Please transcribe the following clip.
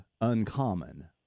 uncommon